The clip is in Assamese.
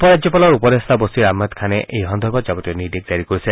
উপ ৰাজ্যপালৰ উপদেষ্টা বছিৰ আহমেদ খানে এই সন্দৰ্ভত যাৱতীয় নিৰ্দেশ জাৰি কৰিছে